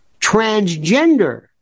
Transgender